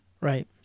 right